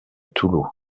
toulaud